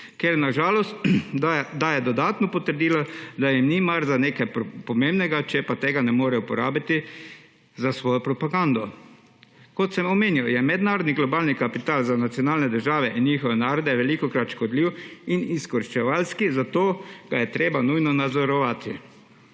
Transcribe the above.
kar na žalost daje dodatno potrdilo, da jim ni mar za nekaj pomembnega, če pa tega ne moremo uporabiti za svojo propagando. Kot sem omenjal, je mednarodni globalni kapital za nacionalne države in njihove narode velikokrat škodljiv in izkoriščevalski, zato ga je treba nujno nadzorovati.